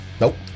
Nope